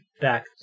back